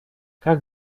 как